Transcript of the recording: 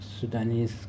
sudanese